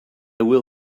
will